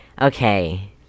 Okay